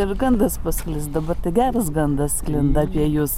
ir gandas pasklis dabar tai geras gandas sklinda apie jus